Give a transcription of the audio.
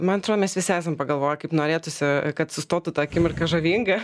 man atrodo mes visi esam pagalvoję kaip norėtųsi kad sustotų ta akimirka žavinga